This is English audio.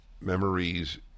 Memories